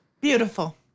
Beautiful